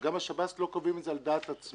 גם השב"ס לא קובעים את זה על דעת עצמם